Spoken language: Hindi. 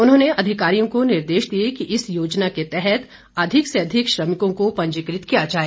उन्होंने अधिकारियों को निर्देश दिए कि इस योजना के तहत अधिक से अधिक श्रमिकों को पंजीकृत किया जाए